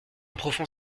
profond